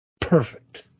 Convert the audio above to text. Perfect